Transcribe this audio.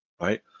right